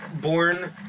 Born